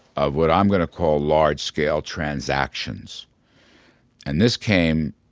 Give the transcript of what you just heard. of what i'm going to call large scale transactions and this came